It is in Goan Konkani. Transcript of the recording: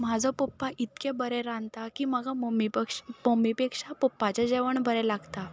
म्हाजो पप्पा इतकें बरें रांदता की म्हाका मम्मी पक्ष पम्मी पेक्षा पप्पाचें जेवण बरें लागता